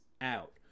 out